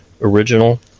original